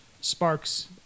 Sparks